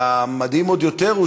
והמדהים עוד יותר הוא